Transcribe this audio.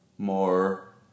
More